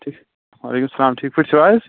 وعلیکُم السلام ٹھیٖک پٲٹھۍ چھِو حظ